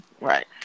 right